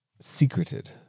secreted